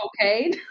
okay